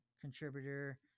contributor